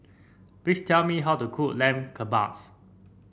please tell me how to cook Lamb Kebabs